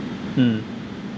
mm